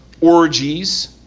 orgies